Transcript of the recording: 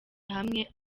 bahawe